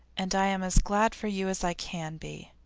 and i am as glad for you as i can be.